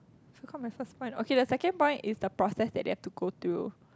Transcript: I forgot my first point okay the second point is the process they had to go through